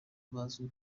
bazwi